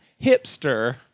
hipster